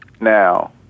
now